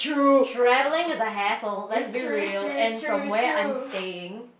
travelling is a hassle let's be real and from where I'm staying